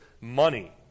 money